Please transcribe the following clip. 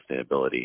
Sustainability